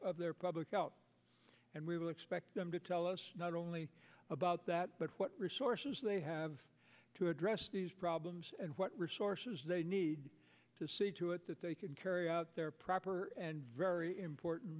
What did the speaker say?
of their public out and we will expect them to tell us not only about that but what resources they have to address these problems and what resources they need to see to it that they can carry out their proper and very important